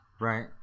Right